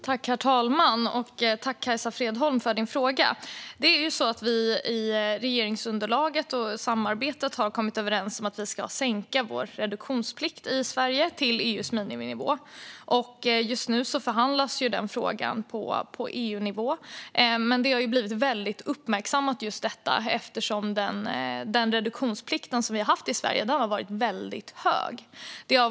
Herr talman! Tack för din fråga, Kajsa Fredholm! Det stämmer att vi i samarbetet inom regeringsunderlaget har kommit överens om att vi ska sänka Sveriges reduktionsplikt till EU:s miniminivå. Just nu förhandlas den frågan på EU-nivå, men just detta har blivit väldigt uppmärksammat eftersom den reduktionsplikt vi haft i Sverige har varit väldigt hög.